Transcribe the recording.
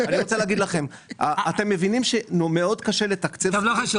אני רוצה להגיד לכם שמאוד קשה לתקצב --- בבסיס התקציב.